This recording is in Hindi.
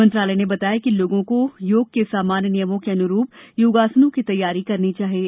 मंत्रालय ने बताया कि लोगों को योग के सामान्य नियमों के अनुरूप योगासनों की तैयारी करने चाहिए